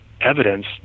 evidence